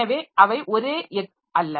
எனவே அவை ஒரே x அல்ல